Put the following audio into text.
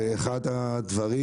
זה אחד הדברים,